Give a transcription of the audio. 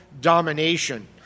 domination